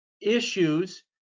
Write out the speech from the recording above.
issues